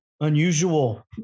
unusual